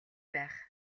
байх